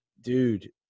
Dude